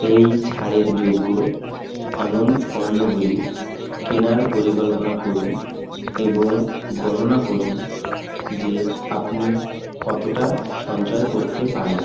এই ছাড়ের যোগ্য এমন পণ্যগুলি কেনার পরিকল্পনা করুন এবং গণনা করুন যে আপনি কতোটা সঞ্চয় করতে পারেন